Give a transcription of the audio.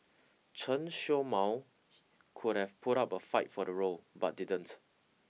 Chen Show Mao could have put up a fight for the role but didn't